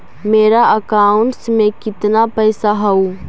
मेरा अकाउंटस में कितना पैसा हउ?